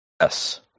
Yes